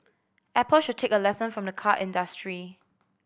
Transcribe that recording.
Apple should take a lesson from the car industry